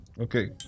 okay